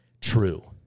true